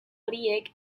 horiek